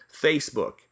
Facebook